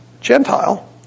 Gentile